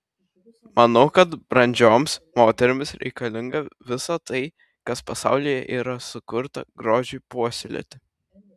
manau kad brandžioms moterims reikalinga visa tai kas pasaulyje yra sukurta grožiui puoselėti